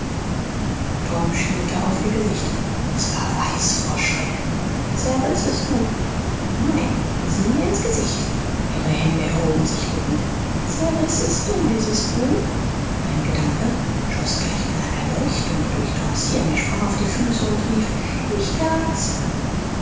tom schielte auf ihr gesicht es war weiß vor schreck zerrissest du nein sieh mir ins gesicht ihre hände erhoben sich bittend zerrissest du dieses buch ein gedanke schoß gleich einer erleuchtung durch toms hirn er sprang auf die füße und rief ich tat's